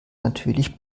natürlich